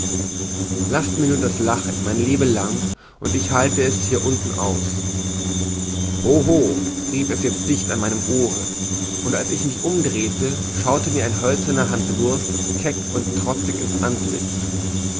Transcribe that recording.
laßt mir nur das lachen mein lebelang und ich halte es hier unten aus hoho rief es jetzt dicht an meinem ohr und als ich mich umdrehete schaute mir ein hölzerner hanswurst keck und trotzig ins antlitz